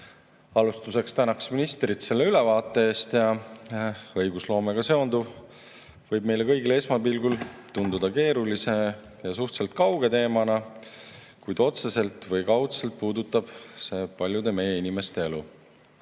Alustuseks tänan ministrit selle ülevaate eest. Õigusloomega seonduv võib meile kõigile esmapilgul tunduda keerulise ja suhteliselt kauge teemana, kuid otseselt või kaudselt puudutab see paljude meie inimeste